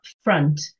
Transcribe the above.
front